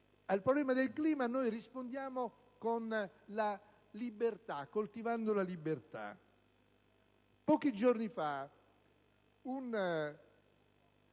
al problema del clima noi rispondiamo coltivando la libertà. Pochi giorni fa un